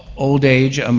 old age, um